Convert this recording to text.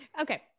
Okay